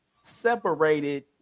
separated